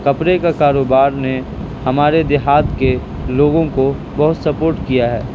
کپڑے کا کاروبار نے ہمارے دیہات کے لوگوں کو بہت سپورٹ کیا ہے